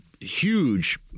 huge